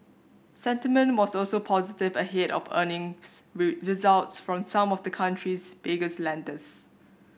sentiment was also positive ahead of earnings results from some of the country's biggest lenders